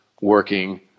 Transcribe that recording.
working